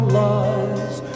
lies